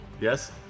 Yes